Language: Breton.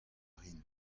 rin